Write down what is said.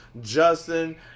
Justin